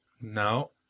No